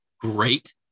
great